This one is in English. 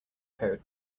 code